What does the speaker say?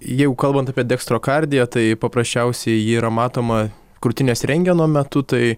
jeigu kalbant apie dekstrokardiją tai paprasčiausiai ji yra matoma krūtinės rentgeno metu tai